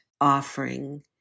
offering